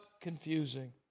confusing